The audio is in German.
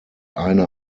eine